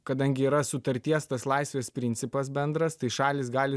kadangi yra sutarties tas laisvės principas bendras tai šalys gali